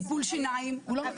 טיפול שיניים הוא לא מקבל שם.